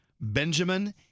Benjamin